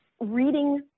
reading